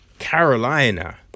Carolina